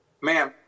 ma'am